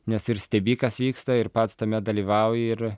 nes ir stebi kas vyksta ir pats tame dalyvauji ir